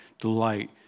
delight